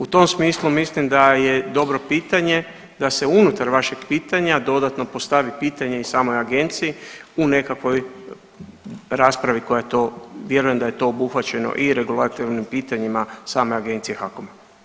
U tom smislu mislim da je dobro pitanje da se unutar vašeg pitanja dodatno postavi pitanje i samoj Agenciji u nekakvoj raspravi koja to, vjerujem da je to obuhvaćeno i regulatornim pitanjima same agencije HAKOM.